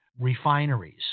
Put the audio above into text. refineries